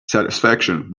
satisfaction